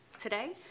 Today